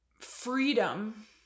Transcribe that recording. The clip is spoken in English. freedom